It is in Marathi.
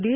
डी